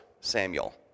Samuel